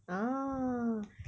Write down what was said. ah